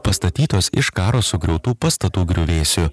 pastatytos iš karo sugriautų pastatų griuvėsių